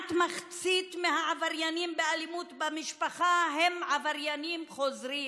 כמעט מחצית מהעבריינים של אלימות במשפחה הם עבריינים חוזרים.